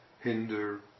hinder